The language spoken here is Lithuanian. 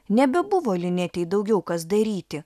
nebebuvo linetei daugiau kas daryti